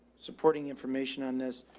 supporting information on this?